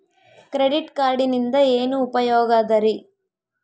Credit ಕಾರ್ಡಿನಿಂದ ಏನು ಉಪಯೋಗದರಿ?